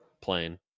plane